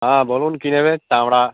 হ্যাঁ বলুন কী নেবে চামড়া